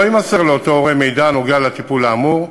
לא יימסר לאותו הורה מידע הנוגע לטיפול האמור,